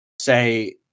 say